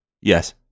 Yes